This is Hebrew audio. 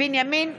בנימין גנץ,